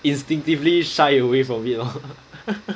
instinctively shy away from it lor